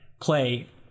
play